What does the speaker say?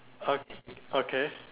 o~ okay